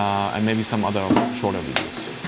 um and maybe some other shorter videos.